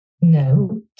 No